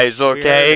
okay